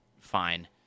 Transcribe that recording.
Fine